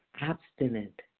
abstinent